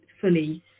fully